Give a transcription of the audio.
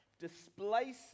displaces